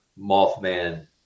Mothman